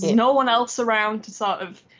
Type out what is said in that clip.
no one else around to sort of.